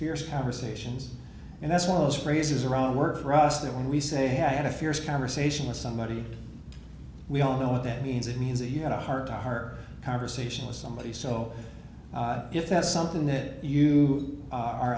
fierce conversations and that's one of those phrases around work for us that when we say i had a fierce conversation with somebody we all know what that means it means you had a heart to heart conversation with somebody so if that's something that you are